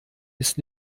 ist